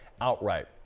outright